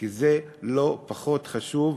כי זה לא פחות חשוב,